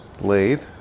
lathe